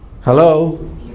Hello